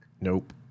Nope